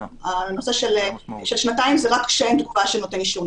הנושא של שנתיים זה רק כשאין תגובה של נותן אישור,